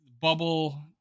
Bubble